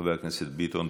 חבר הכנסת ביטון.